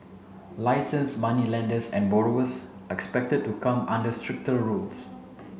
licensed moneylenders and borrowers are expected to come under stricter rules